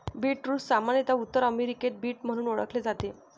beetroot सामान्यत उत्तर अमेरिकेत बीट म्हणून ओळखले जाते